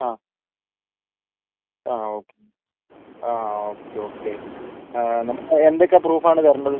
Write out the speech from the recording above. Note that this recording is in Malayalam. ആ ആ ഓക്കെ ആ ഓക്കെ ഓക്കെ നമ്മൾ എന്തൊക്കെ പ്രൂഫ് ആണ് തരേണ്ടത്